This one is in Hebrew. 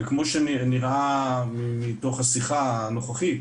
וכמו שנראה מתוך השיחה הנוכחית,